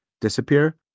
disappear